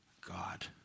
God